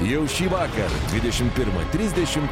jau šįvakar dvidešim pirmą trisdešim